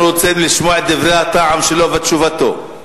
אנחנו רוצים לשמוע את דברי הטעם שלו ואת תשובתו.